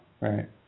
Right